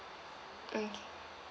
okay